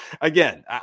again